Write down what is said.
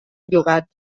llogat